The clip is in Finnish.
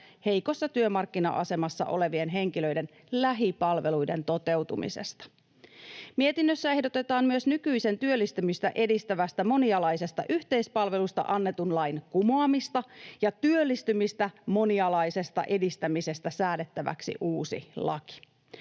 heikossa työmarkkina-asemassa olevien henkilöiden lähipalveluiden toteutumisesta. Mietinnössä ehdotetaan myös nykyisen työllistymistä edistävästä monialaisesta yhteispalvelusta annetun lain kumoamista ja säädettäväksi uusi laki